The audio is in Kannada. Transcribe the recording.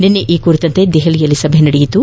ನಿನ್ನೆ ಈ ಕುರಿತಂತೆ ನವದೆಹಲಿಯಲ್ಲಿ ಸಭೆ ನಡೆದಿದ್ದು